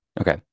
Okay